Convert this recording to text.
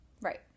Right